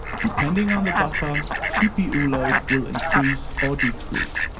depending on the buffer, cpu load will increase or decrease.